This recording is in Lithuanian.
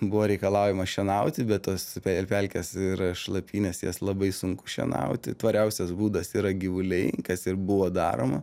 buvo reikalaujama šienauti bet tas ir pelkes ir šlapynes jas labai sunku šienauti tvariausias būdas yra gyvuliai kas ir buvo daroma